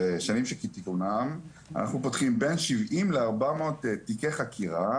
בשנים שכתיקונים אנחנו פותחים בין שבעים לארבע מאות תיקי חקירה